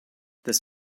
this